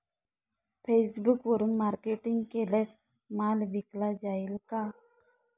फेसबुकवरुन मार्केटिंग केल्यास माल विकला जाईल का?